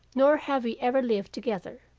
nor have we ever lived together,